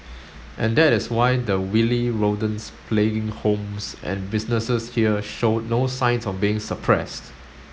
and that is why the wily rodents plaguing homes and businesses here show no signs of being suppressed